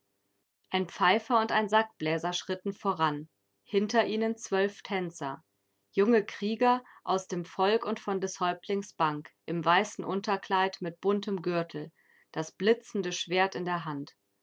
ein pfeifer und ein sackbläser schritten voran hinter ihnen zwölf tänzer junge krieger aus dem volk und von des häuptlings bank im weißen unterkleid mit buntem gürtel das blitzende schwert in der hand